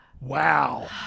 Wow